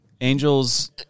angels